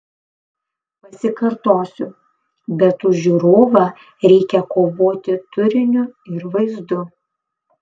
pasikartosiu bet už žiūrovą reikia kovoti turiniu ir vaizdu